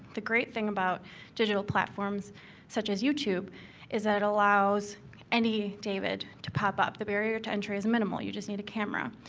the great thing about digital platforms such as youtube is that it allows any david to pop up. the barrier to entry is minimal. you just need a camera.